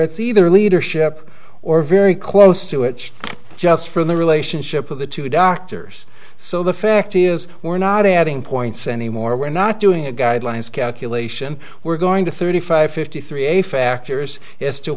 it's either leadership or very close to it just for the relationship of the two doctors so the fact is we're not adding points anymore we're not doing a guidelines calculation we're going to thirty five fifty three a factors is